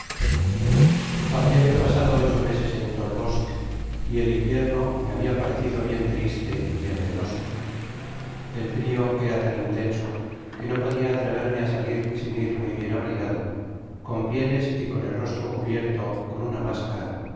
había yo pasado ocho meses en tobolsk y el invierno me habia parecido bien triste y bien penoso el frio era tan intenso que no podia atreverme á salir sin ir muy bies abrigado con pieles y con el rostro cubierto con aaa máscara